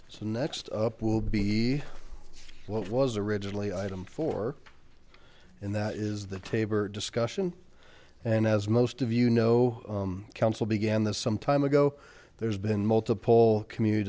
so next up will be what was originally item four and that is the tabor discussion and as most of you know council began this some time ago there's been multiple commu